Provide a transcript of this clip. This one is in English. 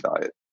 diet